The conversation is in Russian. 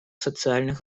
социальных